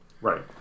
Right